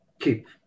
Keep